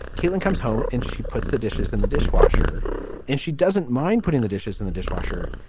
keeling comes home and she puts the dishes in the dishwasher and she doesn't mind putting the dishes in the dishwasher.